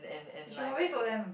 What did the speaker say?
you should probably told them